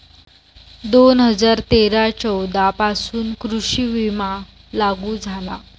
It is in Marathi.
दोन हजार तेरा चौदा पासून कृषी विमा लागू झाला